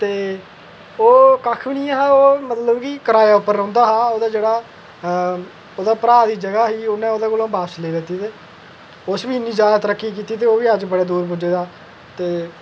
ते ओह् कक्ख बी निं ऐहा ओह् मतलब कि कराए पर रौहंदा हा ओह्दे भ्राऽ दी जगह् ही ते उ'न्ने ओह्दे कोला दा बापस लेई लैती ते उस बी इ'न्नी जादा तरक्की कीती ते ओह् बी अज्ज बड़े दूर पुज्जे दा